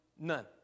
None